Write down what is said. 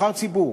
נבחר ציבור,